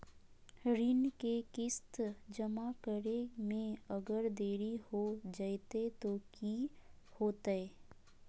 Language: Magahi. ऋण के किस्त जमा करे में अगर देरी हो जैतै तो कि होतैय?